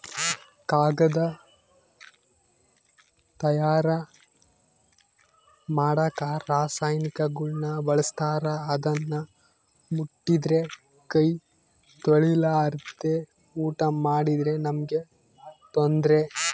ಕಾಗದ ತಯಾರ ಮಾಡಕ ರಾಸಾಯನಿಕಗುಳ್ನ ಬಳಸ್ತಾರ ಅದನ್ನ ಮುಟ್ಟಿದ್ರೆ ಕೈ ತೊಳೆರ್ಲಾದೆ ಊಟ ಮಾಡಿದ್ರೆ ನಮ್ಗೆ ತೊಂದ್ರೆ